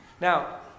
Now